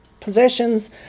possessions